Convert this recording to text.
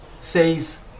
says